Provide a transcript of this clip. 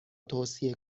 توصیه